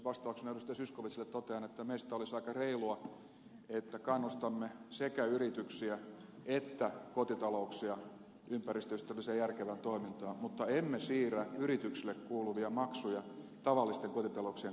zyskowiczille totean että meistä olisi aika reilua että kannustamme sekä yrityksiä että kotitalouksia ympäristöystävälliseen ja järkevään toimintaan mutta emme siirrä yrityksille kuuluvia maksuja tavallisten kotitalouksien kannettavaksi